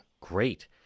great